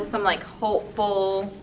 some, like, hopeful,